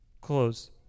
close